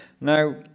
Now